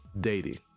dating